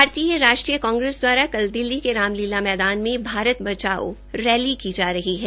भारतीय राष्ट्रीय कांगेस दवारा कल दिल्ली के रामलीला मैदान में भारत बचाओं रैली की जा रही है